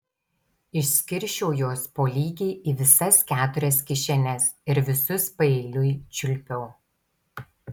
išskirsčiau juos po lygiai į visas keturias kišenes ir visus paeiliui čiulpiau